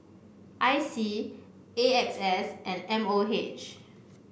I C A X S and M O H